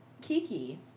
Kiki